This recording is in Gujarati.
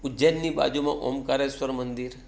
ઉજ્જૈનની બાજુમાં ઓમકારેશ્વર મંદિર